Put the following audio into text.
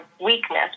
weakness